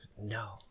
no